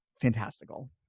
fantastical